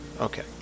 Okay